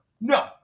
No